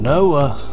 Noah